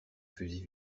fusil